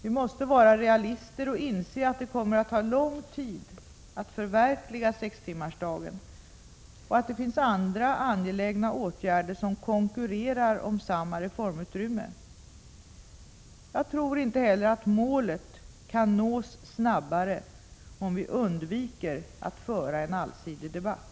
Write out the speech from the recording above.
Vi måste vara realister och inse att det kommer att ta lång tid att förverkliga sextimmarsdagen och att det finns andra angelägna åtgärder som konkurrerar om samma reformutrymme. Jag tror inte heller att målet kan nås snabbare om vi undviker att föra en allsidig debatt.